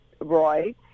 Roy